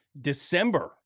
December